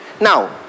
Now